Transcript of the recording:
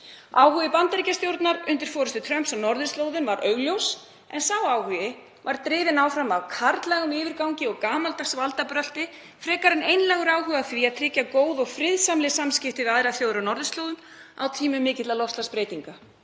Áhugi Bandaríkjastjórnar undir forystu Trumps á norðurslóðum var augljós en sá áhugi var drifinn áfram af karllægum yfirgangi og gamaldags valdabrölti frekar en einlægum áhuga á því að tryggja góð og friðsamleg samskipti við aðrar þjóðir á norðurslóðum á tímum mikilla loftslagsbreytinga